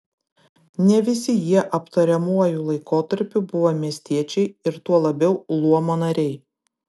ne visi jie aptariamuoju laikotarpiu buvo miestiečiai ir tuo labiau luomo nariai